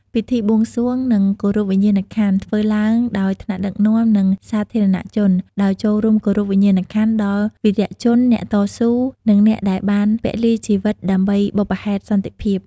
ពិធីបួងសួង និងគោរពវិញ្ញាណក្ខន្ធ ធ្វើឡើងដោយថ្នាក់ដឹកនាំ និងសាធារណជន ដោយចូលរួមគោរពវិញ្ញាណក្ខន្ធដល់វីរជនអ្នកតស៊ូ និងអ្នកដែលបានពលីជីវិតដើម្បីបុព្វហេតុសន្តិភាព។